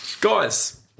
Guys